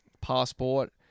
passport